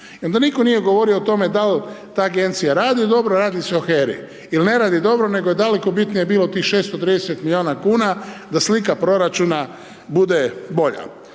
nitko nije govorio o tome, dal ta agencija radi dobro radi se o HERA-i, ili ne radi dobro, nego je daleko bitnije bilo tih 630 milijuna kn, da slika proračuna bude bolja.